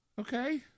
Okay